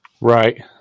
Right